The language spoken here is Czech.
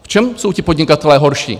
V čem jsou ti podnikatelé horší?